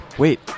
Wait